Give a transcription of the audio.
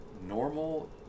normal